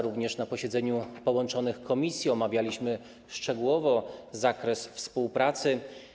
Również na posiedzeniu połączonych komisji omawialiśmy szczegółowo zakres współpracy.